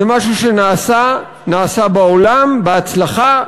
זה משהו שנעשה בעולם בהצלחה,